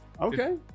Okay